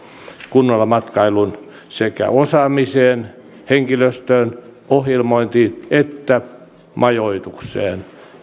kunnolla matkailuun sekä osaamiseen henkilöstöön ohjelmointiin että majoitukseen